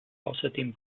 außerdem